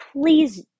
please